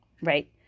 right